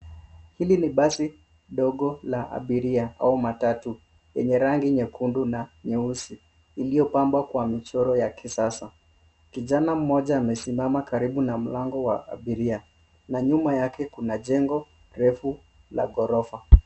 Hili ni basi ndogo la abiria au matatu yenye rangi nyekundu na nyeusi iliyopambwa kwa michoro ya kisasa. Kijana mmoja amesimama karibu na mlango wa abiria na nyuma yake kuna jengo refu la ghorofa.